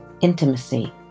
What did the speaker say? intimacy